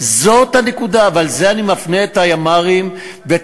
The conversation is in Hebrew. זאת הנקודה ולזה אני מפנה את הימ"רים ואת